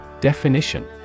Definition